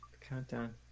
Countdown